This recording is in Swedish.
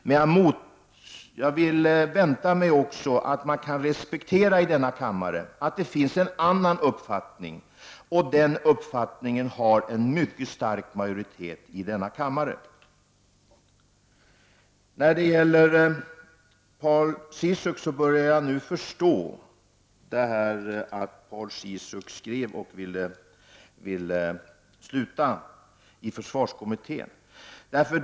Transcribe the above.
Men jag förväntar mig också att man kan visa respekt för att det finns en annan uppfattning i denna kammare, och bakom denna uppfattning står en mycket stor majoritet. Jag börjar nu förstå varför Paul Ciszuk skrev att han ville avgå ur försvarskommittén.